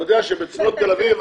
אתה יודע איפה החקלאות בצפון תל-אביב?